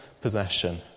possession